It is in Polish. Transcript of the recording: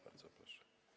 Bardzo proszę.